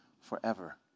forever